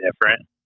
different